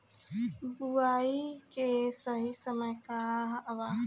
बुआई के सही समय का वा?